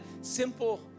simple